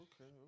okay